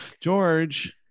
george